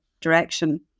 direction